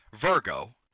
Virgo